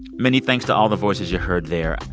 many thanks to all the voices you heard there.